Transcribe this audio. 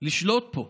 לשלוט פה?